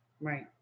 Right